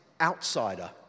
outsider